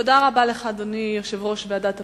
תודה רבה לך, אדוני יושב-ראש ועדת הפנים.